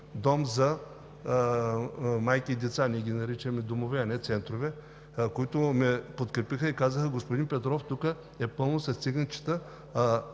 Дом за майки и деца, ние ги наричаме домове, а не центрове, които ме подкрепиха и казаха: „Господин Петров, тук е пълно с изоставени